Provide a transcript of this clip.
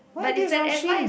why are they rushing